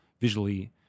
visually